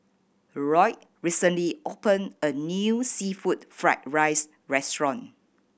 Loyd recently opened a new seafood fried rice restaurant